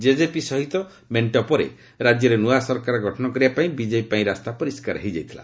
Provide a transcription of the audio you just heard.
JJP ସହିତ ମେଣ୍ଟ ପରେ ରାଜ୍ୟରେ ନୂଆ ସରକାର ଗଠନ କରିବାପାଇଁ ବିଜେପି ପାଇଁ ରାସ୍ତା ପରିଷ୍କାର ହୋଇଯାଇଛି